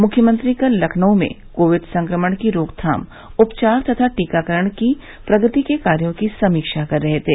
मुख्यमंत्री कल लखनऊ में कोविड संक्रमण की रोकथाम उपचार तथा टीकाकरण की प्रगति के कार्यो की समीक्षा कर रहे थे